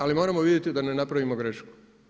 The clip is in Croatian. Ali moramo vidjeti da ne napravimo grešku.